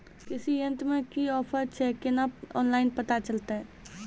कृषि यंत्र मे की ऑफर छै केना ऑनलाइन पता चलतै?